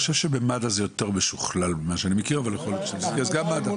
אני חושב שבמד"א זה יותר משוכלל אבל יכול להיות שגם שם כדאי לשפר.